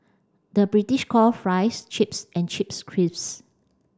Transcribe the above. the British call fries chips and chips crisps